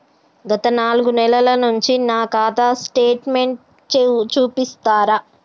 గత నాలుగు నెలల నుంచి నా ఖాతా స్టేట్మెంట్ చూపిస్తరా?